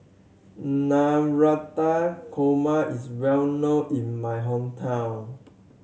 Navratan Korma is well known in my hometown